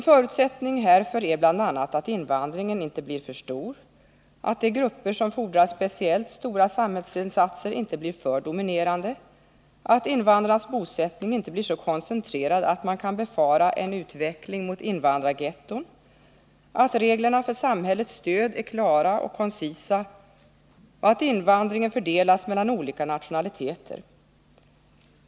Förutsättningar härför är bl.a. att invandringen inte blir för stor, att de grupper som fordrar speciellt stora samhällsinsatser inte blir för dominerande, att invandrarnas bosättning inte blir så koncentrerad att man kan befara en utveckling mot invandrargetton, att reglerna för samhällets stöd är klara och koncisa och att invandringen fördelas mellan olika nationaliteter.